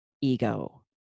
ego